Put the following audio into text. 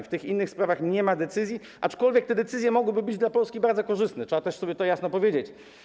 W tych innych sprawach nie ma decyzji, aczkolwiek te decyzje mogłyby być dla Polski bardzo korzystne, trzeba też sobie to jasno powiedzieć.